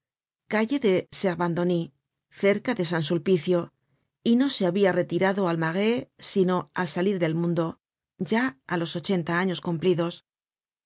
calle de servandoni cerca de san sulpicio y no se habia retirado al marais sino al salir del mundo ya á los ochenta años cumplidos